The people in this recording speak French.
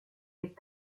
est